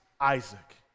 Isaac